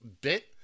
bit